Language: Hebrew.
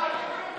יעקב מרגי